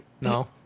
no